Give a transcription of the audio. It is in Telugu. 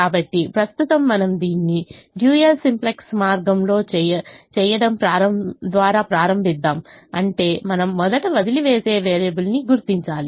కాబట్టి ప్రస్తుతం మనం దీన్ని డ్యూయల్ సింప్లెక్స్ మార్గంలో చేయడం ద్వారా ప్రారంభిద్దాం అంటే మనం మొదట వదిలివేసే వేరియబుల్ని గుర్తించాలి